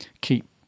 keep